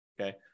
okay